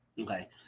Okay